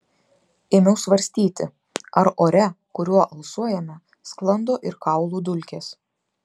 ėmiau svarstyti ar ore kuriuo alsuojame sklando ir kaulų dulkės